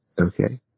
okay